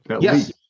Yes